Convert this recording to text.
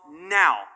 now